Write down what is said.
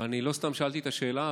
אבל אני לא סתם שאלתי את השאלה,